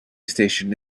station